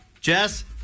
Jess